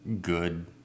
good